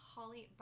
Holly